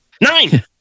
Nine